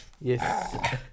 Yes